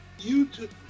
YouTube